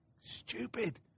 stupid